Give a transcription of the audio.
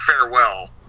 farewell